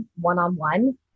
one-on-one